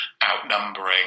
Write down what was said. outnumbering